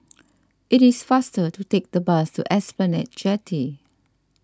it is faster to take the bus to Esplanade Jetty